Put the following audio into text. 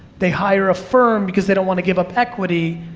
they hire a firm because they don't wanna give up equity,